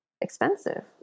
expensive